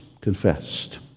confessed